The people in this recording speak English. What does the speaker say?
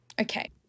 Okay